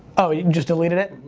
oh you just deleted it?